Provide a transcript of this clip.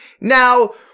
Now